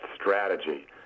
strategy